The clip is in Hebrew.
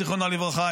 זיכרונו לברכה,